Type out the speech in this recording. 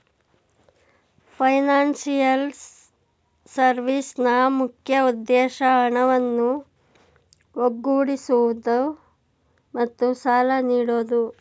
financial ಸರ್ವಿಸ್ನ ಮುಖ್ಯ ಉದ್ದೇಶ ಹಣವನ್ನು ಒಗ್ಗೂಡಿಸುವುದು ಮತ್ತು ಸಾಲ ನೀಡೋದು